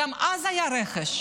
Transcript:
גם אז היה רכש,